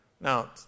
Now